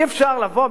אי-אפשר לבוא,